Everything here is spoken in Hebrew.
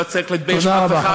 תודה רבה,